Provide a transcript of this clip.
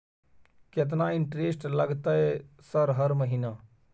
केतना इंटेरेस्ट लगतै सर हर महीना?